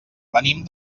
venim